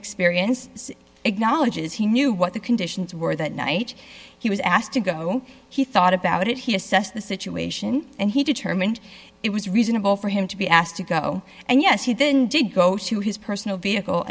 experience acknowledges he knew what the conditions were that night he was asked to go he thought about it he assessed the situation and he determined it was reasonable for him to be asked to go and yes he then did go to his personal vehicle